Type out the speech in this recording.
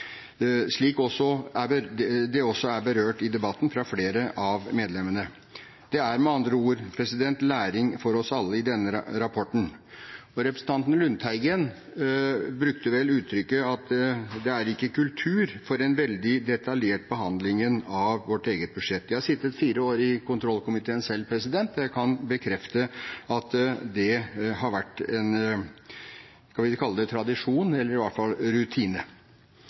slik flere av medlemmene også har berørt i debatten. Det er med andre ord læring for oss alle i denne rapporten. Representanten Lundteigen uttrykte det vel slik at det ikke er kultur for en veldig detaljert behandling av vårt eget budsjett. Jeg har selv sittet fire år i kontrollkomiteen og kan bekrefte at det har vært en, skal vi kalle det, tradisjon eller i hvert fall en rutine.